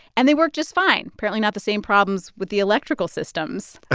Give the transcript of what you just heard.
and they worked just fine apparently not the same problems with the electrical systems.